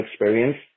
experience